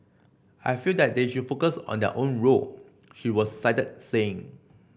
I feel that they should focus on their own role she was cited saying